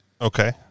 Okay